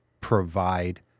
provide